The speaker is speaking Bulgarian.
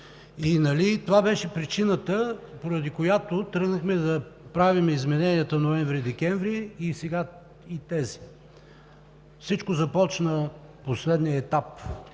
това беше причината, поради която тръгнахме да правим измененията ноември-декември, сега и тези. Всичко започна – последният етап